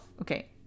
okay